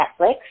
Netflix